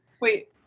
Wait